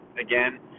again